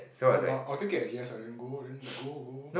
ya but I'll take it as yes ah then go lor then go lor go lor